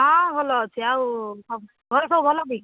ହଁ ଭଲ ଅଛି ଆଉ ଘରେ ସବୁ ଭଲ କି